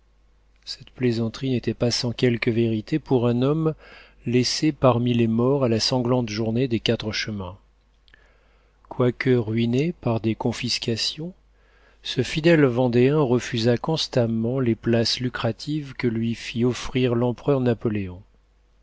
cette plaisanterie n'était pas sans quelque vérité pour un homme laissé parmi les morts à la sanglante journée des quatre chemins quoique ruiné par des confiscations ce fidèle vendéen refusa constamment les places lucratives que lui fit offrir l'empereur napoléon